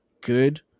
good